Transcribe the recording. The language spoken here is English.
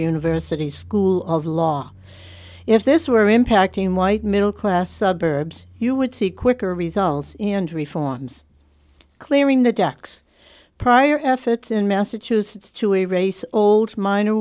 university's school of law if this were impacting white middle class suburbs you would see quicker results and reforms clearing the decks prior efforts in massachusetts to a race old minor